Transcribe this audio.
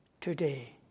today